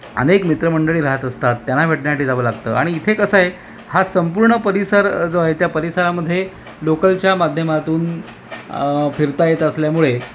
अनेक मित्रमंडळी राहत असतात त्यांना भेटण्यासाठी जावं लागतं आणि इथे कसं आहे हा संपूर्ण परिसर जो आहे त्या परिसरामध्ये लोकलच्या माध्यमातून फिरता येत असल्यामुळे